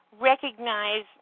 recognize